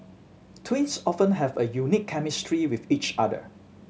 twins often have a unique chemistry with each other